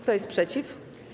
Kto jest przeciw?